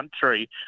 country